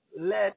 let